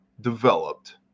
developed